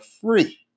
free